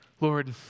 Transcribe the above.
Lord